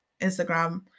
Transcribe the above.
Instagram